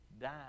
die